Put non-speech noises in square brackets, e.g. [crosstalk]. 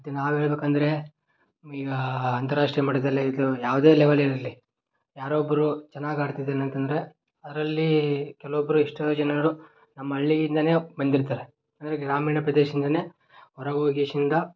ಮತ್ತು ನಾವು ಹೇಳ್ಬೇಕಂದ್ರೆ ಈಗ ಅಂತರಾಷ್ಟ್ರೀಯ ಮಟ್ಟದಲ್ಲೇ ಇದು ಯಾವುದೇ ಲೆವಲ್ ಇರಲಿ ಯಾರೋ ಒಬ್ಬರು ಚೆನ್ನಾಗಿ ಆಡ್ತಿದ್ದಾನಂತ ಅಂದ್ರೆ ಅದರಲ್ಲಿ ಕೆಲವೊಬ್ಬರು ಎಷ್ಟೋ ಜನರು ನಮ್ಮ ಹಳ್ಳಿಯಿಂದನೇ ಬಂದಿರ್ತಾರೆ ಅಂದರೆ ಗ್ರಾಮೀಣ ಪ್ರದೇಶದಿಂದಲೇ ಹೊರ [unintelligible]